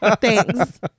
Thanks